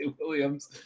Williams